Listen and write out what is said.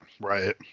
right